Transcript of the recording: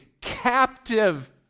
captive